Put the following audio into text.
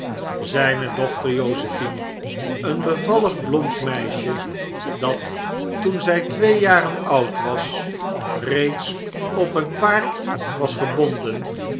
zijne dochter josephine een bevallig blond meisje dat toen zij twee jaren oud was reeds op een paard was gebonden